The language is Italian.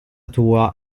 tua